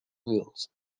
rules